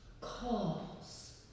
calls